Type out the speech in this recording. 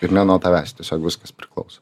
ir ne nuo tavęs tiesiog viskas priklauso